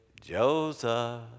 Joseph